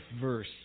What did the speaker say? verse